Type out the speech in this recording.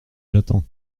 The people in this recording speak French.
j’attends